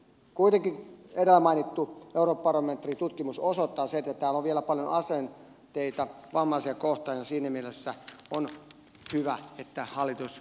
kuitenkin edellä mainittu eurobarometri tutkimus osoittaa sen että täällä on vielä paljon asenteita vammaisia kohtaan ja siinä mielessä on hyvä että hallitus rupeaa näitä asenteita purkamaan